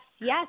yes